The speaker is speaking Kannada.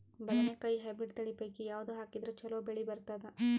ಬದನೆಕಾಯಿ ಹೈಬ್ರಿಡ್ ತಳಿ ಪೈಕಿ ಯಾವದು ಹಾಕಿದರ ಚಲೋ ಬೆಳಿ ಬರತದ?